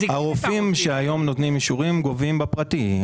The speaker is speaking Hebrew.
הם גובים בפרטי.